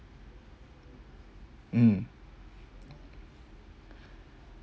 mm